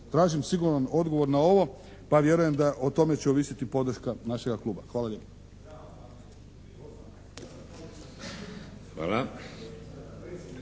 Tražim siguran odgovor na ovo pa vjerujem da o tome će ovisiti podrška našega kluba. Hvala